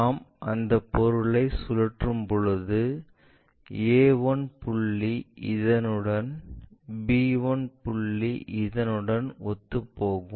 நாம் அந்த பொருளை சுழற்றும்போது a1 புள்ளி இதனுடன் b1 புள்ளி இதனுடன் ஒத்துப்போகும்